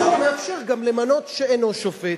החוק מאפשר גם למנות מי שאינו שופט.